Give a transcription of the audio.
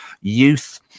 youth